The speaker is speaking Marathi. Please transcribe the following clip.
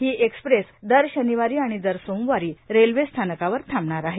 ही एक्स्प्रेस दर शनिवारी आणि दर सोमवारी या रेल्वे स्थानकावर थांबणार आहे